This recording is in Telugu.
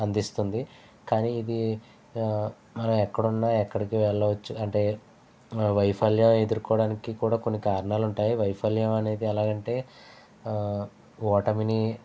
అందిస్తుంది కాని ఇది మనం ఎక్కడ ఉన్న ఎక్కడికి వెళ్ళవచ్చు అంటే వైఫల్యం ఎదురుకోవడానికి కూడా కొన్ని కారణాలు ఉంటాయి వైఫల్యం అనేది ఎలా అంటే ఓటమిని